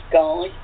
guy